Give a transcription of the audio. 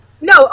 No